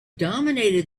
dominated